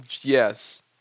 Yes